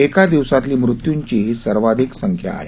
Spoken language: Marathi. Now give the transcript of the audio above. एका दिवसातली मृत्यूंची ही सर्वाधिक संख्या आहे